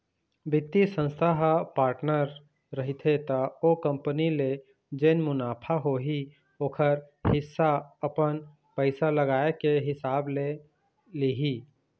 बित्तीय संस्था ह पार्टनर रहिथे त ओ कंपनी ले जेन मुनाफा होही ओखर हिस्सा अपन पइसा लगाए के हिसाब ले लिही